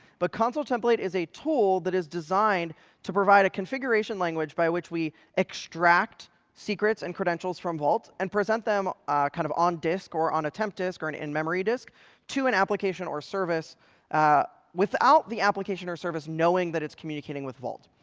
but consul template is a tool that is designed to provide a configuration language by which we extract secrets and credentials from vault and present them kind of on-disk or on a temp disk or an in-memory disk to an application or service without the application or service knowing that it's communicating with vault.